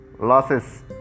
losses